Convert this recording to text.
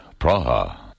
Praha